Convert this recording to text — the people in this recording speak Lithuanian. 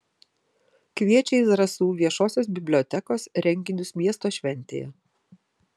kviečia į zarasų viešosios bibliotekos renginius miesto šventėje